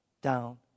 down